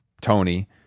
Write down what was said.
Tony